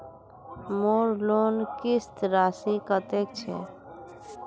मोर लोन किस्त राशि कतेक छे?